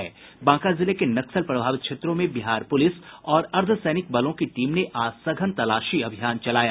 बांका जिले के नक्सल प्रभावित क्षेत्रों में बिहार पुलिस और अर्द्वसैनिक बलों की टीम ने आज सघन तालाशी अभियान चलाया